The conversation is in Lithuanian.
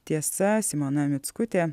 tiesa simona mickutė